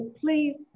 please